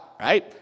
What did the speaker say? right